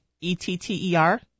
E-T-T-E-R